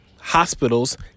hospitals